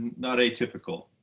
not atypical.